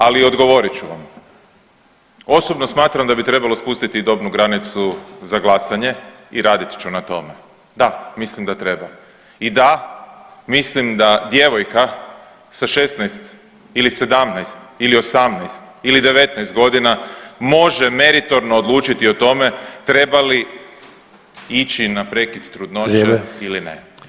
Ali odgovorit ću vam, osobno smatram da bi trebalo spustiti dobnu granicu za glasanje i radit ću na tome, da mislim da treba i da mislim da djevojka sa 16 ili 17 ili 18 ili 19 godina može meritorno odlučiti o tome treba li ići na prekid [[Upadica Sanader: Vrijeme.]] trudnoće ili ne.